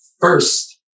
first